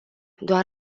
doar